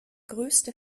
größte